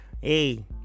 hey